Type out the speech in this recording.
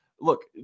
Look